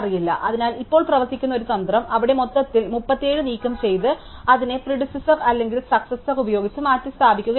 അതിനാൽ ഇപ്പോൾ പ്രവർത്തിക്കുന്ന ഒരു തന്ത്രം അവിടെ മൊത്തത്തിൽ 37 നീക്കം ചെയ്ത് അതിനെ പ്രിഡിസെസാർ അല്ലെങ്കിൽ സക്സസാർ ഉപയോഗിച്ച് മാറ്റിസ്ഥാപിക്കുക എന്നതാണ്